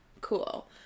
cool